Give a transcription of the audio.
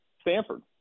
Stanford